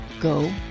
Go